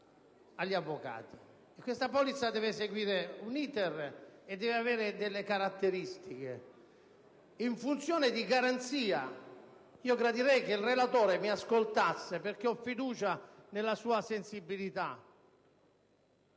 agli avvocati, questa polizza deve seguire un *iter* e deve avere delle caratteristiche in funzione di garanzia. Gradirei che il relatore Valentino mi ascoltasse, perché ho fiducia nella sua sensibilità.